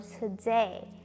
today